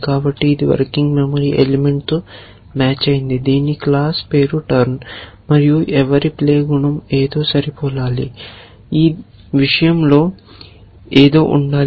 కాబట్టి ఇది working memory ఎలిమెంట్తో మ్యాచ్ అయింది దీని క్లాస్ పేరు టర్న్ మరియు ఎవరి ప్లే గుణం ఏదో సరిపోలాలి ఈ విషయంలో ఏదో ఉండాలి